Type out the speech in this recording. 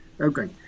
Okay